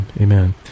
Amen